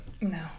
No